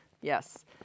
yes